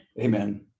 Amen